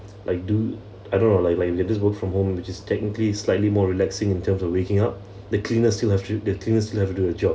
I do I don't know like like they just work from home which is technically slightly more relaxing in terms of waking up the cleaners still have to the cleaners still have to do their job